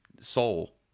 soul